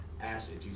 acid